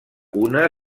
una